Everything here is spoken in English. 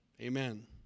Amen